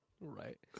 right